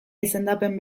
izendapen